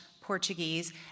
Portuguese